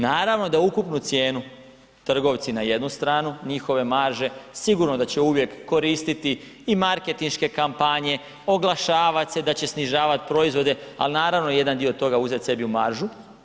Naravno da ukupnu cijenu trgovci na jednu stranu njihove marže sigurno da će uvijek koristiti i marketinške kampanje, oglašavat se da će snižavat proizvode, ali naravno jedan dio toga uzet sebi u maržu.